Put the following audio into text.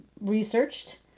researched